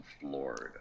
Florida